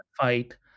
fight